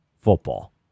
football